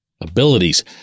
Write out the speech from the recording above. abilities